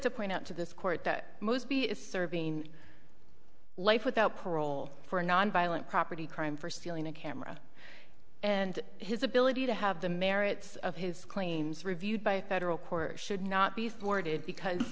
to point out to this court that most b is serving life without parole for a nonviolent property crime for stealing a camera and his ability to have the merits of his claims reviewed by a federal court should not be thwarted because